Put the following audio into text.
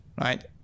right